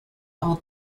all